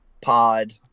pod